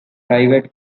private